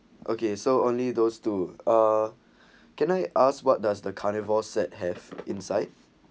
okay so only those two uh can I ask what does the carnivore set have inside